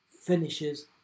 finishes